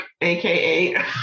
aka